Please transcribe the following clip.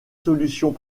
solutions